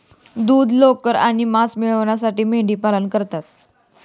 दूध, लोकर आणि मांस मिळविण्यासाठी मेंढीपालन करतात